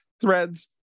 threads